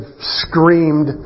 screamed